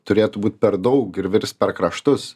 turėtų būt per daug ir virst per kraštus